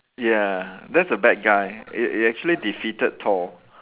ya that's the bad guy it it actually defeated Thor